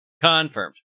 confirmed